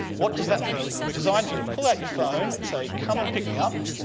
what does that mean? designed for you to pull out your phone and say come and pick me up,